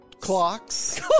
Clocks